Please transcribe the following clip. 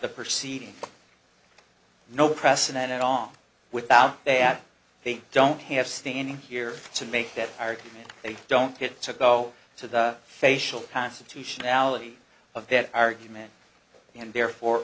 the proceeding no precedent on without that they don't have standing here to make that argument they don't get to go to the facial constitutionality of their argument and therefore